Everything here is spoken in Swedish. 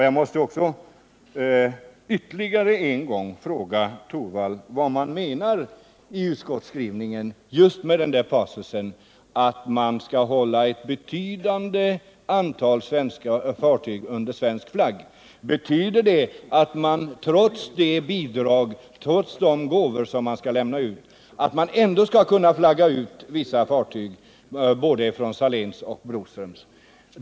Jag måste än en gång fråga Rune Torwald vad utskottet menar med passusen att ett betydande antal fartyg skall hållas under svensk flagg. Betyder det att Saléns och Broströms trots de gåvor som företagen får ändå skall kunna flagga ut vissa fartyg?